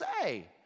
say